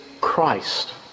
Christ